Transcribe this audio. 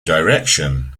direction